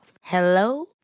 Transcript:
Hello